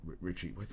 Richie